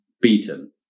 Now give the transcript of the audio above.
beaten